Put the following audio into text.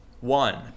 one